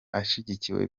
ashyigikiwe